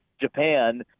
japan